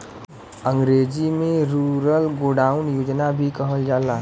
अंग्रेजी में rural godown योजना भी कहल जाला